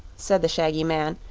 said the shaggy man,